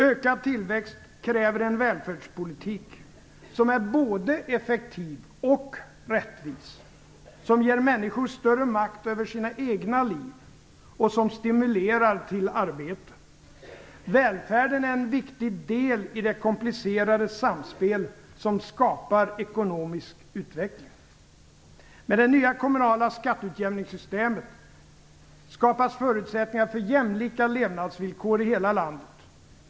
Ökad tillväxt kräver en välfärdspolitik som är både effektiv och rättvis, som ger människor större makt över sina egna liv och som stimulerar till arbete. Välfärden är en viktig del i det komplicerade samspel som skapar ekonomisk utveckling. Med det nya kommunala skatteutjämningssystemet skapas förutsättningar för jämlika levnadsvillkor i hela landet.